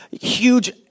huge